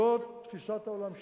זאת תפיסת העולם שלי,